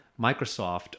Microsoft